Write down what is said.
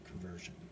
conversion